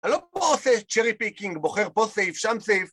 אני לא פה עושה צ'רי פיקינג, בוחר פה סייב, שם סייב